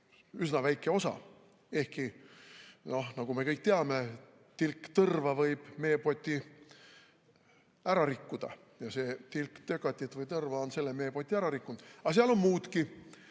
üsna väike osa – ehkki, nagu me kõik teame, tilk tõrva võib meepoti ära rikkuda, ja see tilk tökatit või tõrva on selle meepoti ära rikkunud –, vaid ka